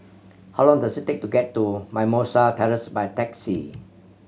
how long does it take to get to Mimosa Terrace by taxi